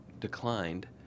declined